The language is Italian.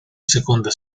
seconda